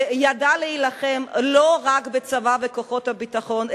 שידע להילחם לא רק בצבא ובכוחות הביטחון,